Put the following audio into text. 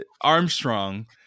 Armstrong